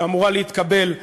שאמורה להתקבל,